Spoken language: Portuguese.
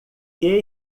que